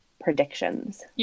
predictions